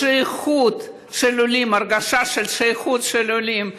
בשייכות של העולים, הרגשת שייכות של העולים: